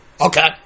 Okay